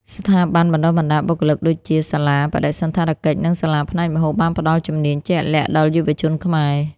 ស្ថាប័នបណ្តុះបណ្តាលបុគ្គលិកដូចជា សាលាបដិសណ្ឋារ និងសាលាផ្នែកម្ហូបបានផ្ដល់ជំនាញជាក់លាក់ដល់យុវជនខ្មែរ។